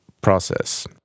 process